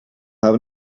have